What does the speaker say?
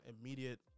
immediate